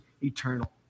eternal